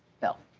bill?